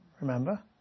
remember